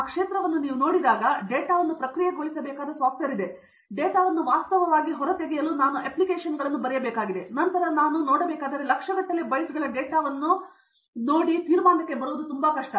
ಆ ಕ್ಷೇತ್ರವನ್ನು ನೀವು ನೋಡಿದಾಗ ನಾನು ಡೇಟಾವನ್ನು ಪ್ರಕ್ರಿಯೆಗೊಳಿಸಬೇಕಾದ ಸಾಫ್ಟ್ವೇರ್ ಇದೆ ಡೇಟಾವನ್ನು ವಾಸ್ತವವಾಗಿ ಹೊರತೆಗೆಯಲು ನಾನು ಅಪ್ಲಿಕೇಶನ್ಗಳನ್ನು ಬರೆಯಬೇಕಾಗಿದೆ ಮತ್ತು ನಂತರ ನಾನು ನೋಡಬೇಕಾದರೆ ಲಕ್ಷಗಟ್ಟಲೆ ಬೈಟ್ಗಳ ಡೇಟಾವನ್ನು ಹೇಳುವ ಮೂಲಕ ನನಗೆ ತೀರ್ಮಾನಕ್ಕೆ ಬರಲು ತುಂಬಾ ಕಷ್ಟ